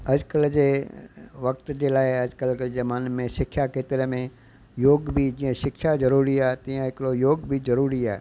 अॼुकल्ह जे वक़्त जे लाइ अॼुकल्ह जे ज़माने में सिख्या खेत्र में योग बि जीअं सिख्या ज़रूरी आहे तीअं हिकिड़ो योग बि ज़रूरी आहे